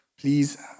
please